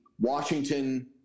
Washington